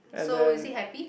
so is he happy